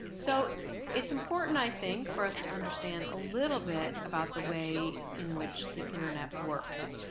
so it's important, i think, for us to understand a little bit about the way in which the internet works.